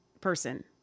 person